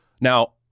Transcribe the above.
now